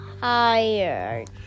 Tired